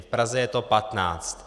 V Praze je to patnáct.